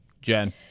Jen